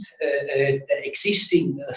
existing